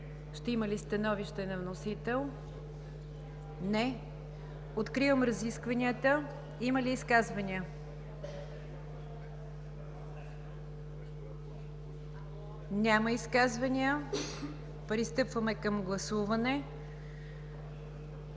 Ще има ли становище на вносител? Не. Откривам разискванията. Има ли изказвания? Няма изказвания. Пристъпваме към гласуване.